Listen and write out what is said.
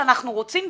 שאנחנו רוצים,